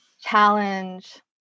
Challenge